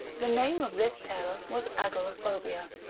the name of this terror was agoraphobia.